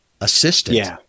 assistant